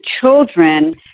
children